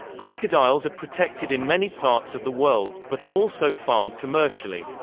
crocodiles are protected in many parts of the world, but are also farmed commercially.